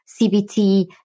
CBT